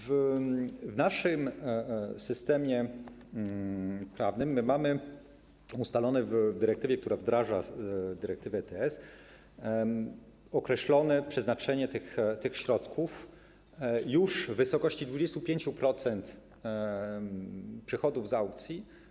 W naszym systemie prawnym mamy ustalone w ustawie, która wdraża dyrektywę ETS, określone przeznaczenie tych środków już w wysokości 25% przychodów z aukcji.